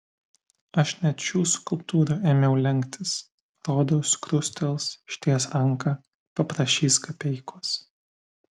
aš net šių skulptūrų ėmiau lenktis rodos krustels išties ranką paprašys kapeikos